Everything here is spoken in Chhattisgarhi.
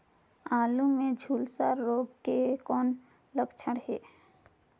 आलू मे झुलसा रोग के कौन लक्षण हे?